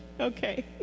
Okay